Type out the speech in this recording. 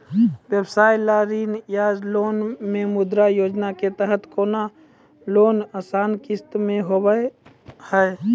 व्यवसाय ला ऋण या लोन मे मुद्रा योजना के तहत कोनो लोन आसान किस्त मे हाव हाय?